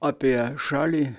apie šalį